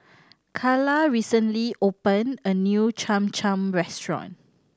Calla recently opened a new Cham Cham restaurant